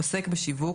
עוסק בשיווק,